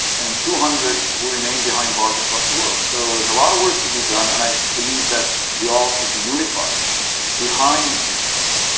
and two hundred who remain behind bars across the world. so there's a lotta work to be done, and i believe that we all should be unified behind this cause.